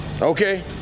okay